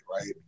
right